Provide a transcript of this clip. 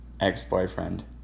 ex-boyfriend